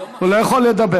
הוא לא יכול לדבר.